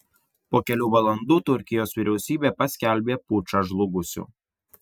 po kelių valandų turkijos vyriausybė paskelbė pučą žlugusiu